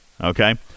Okay